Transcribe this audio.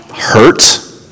hurt